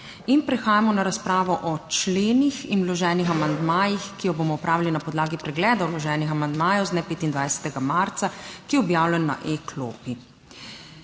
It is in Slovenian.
In prehajamo na razpravo o členih in vloženih amandmajih, ki jo bomo opravili na podlagi pregleda vloženih amandmajev z dne 25. marca, ki je objavljen na e-klopi.